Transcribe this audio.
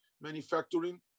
manufacturing